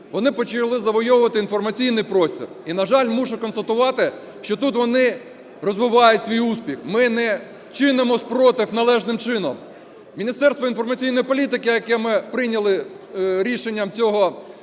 вони почали завойовувати інформаційний простір. І, на жаль, мушу констатувати, що тут вони розвивають свій успіх, ми не чинимо супротив належним чином. Міністерство інформаційної політики, яке ми прийняли рішенням цього парламенту,